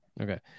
Okay